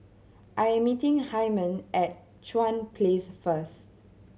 I am meeting Hyman at Chuan Place first